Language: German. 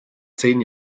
zehn